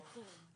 לקבל כל נתון.